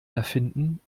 erfinden